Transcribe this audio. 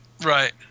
Right